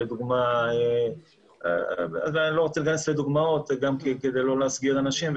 אני לא רוצה להיכנס לדוגמאות כדי לא להסגיר אנשים,